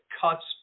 cuts